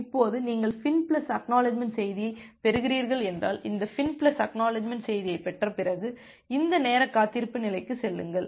இப்போது நீங்கள் FIN plus ACK செய்தியைப் பெறுகிறீர்கள் என்றால் இந்த FIN பிளஸ் ACK செய்தியைப் பெற்ற பிறகு இந்த நேர காத்திருப்பு நிலைக்குச் செல்லுங்கள்